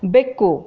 ಬೆಕ್ಕು